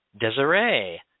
Desiree